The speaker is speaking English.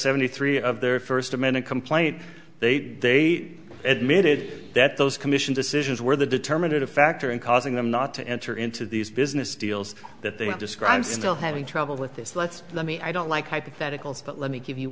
seventy three of their first amended complaint they they admitted that those commission decisions were the determinative factor in causing them not to enter into these business deals that they describe still having trouble with this let's let me i don't like hypotheticals but let me give you